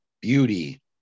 beauty